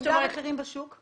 אבל אלה המחירים בשוק.